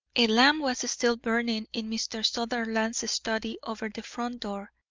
a lamp was still burning in mr. sutherland's study over the front door,